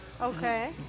Okay